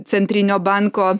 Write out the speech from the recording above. centrinio banko